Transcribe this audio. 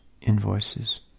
invoices